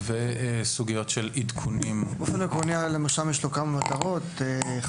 ובסוגיות של עדכונים --- למרשם יש כמה מטרות: א',